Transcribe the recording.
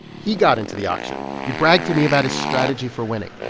he got into the auction. he bragged to me about his strategy for winning